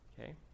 okay